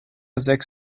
sechs